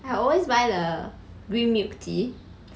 I always buy the green milk tea